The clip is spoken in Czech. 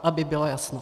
Aby bylo jasno.